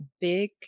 big